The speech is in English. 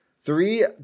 Three